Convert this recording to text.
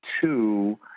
two